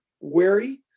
wary